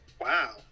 Wow